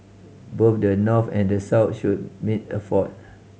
both the North and the South should make effort